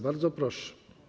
Bardzo proszę.